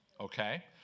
okay